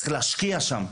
צריך להשקיע שם,